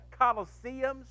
Colosseums